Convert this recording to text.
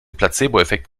placeboeffekt